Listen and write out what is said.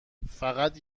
فقط